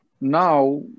now